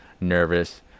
nervous